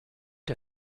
der